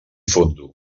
fondo